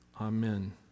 Amen